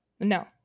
No